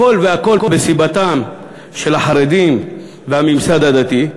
הכול והכול, בסיבתם של החרדים והממסד הדתי,